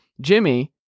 Jimmy